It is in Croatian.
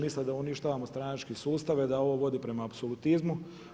Misle da uništavamo stranački sustav, da ovo vodi prema apsolutizmu.